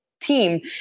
team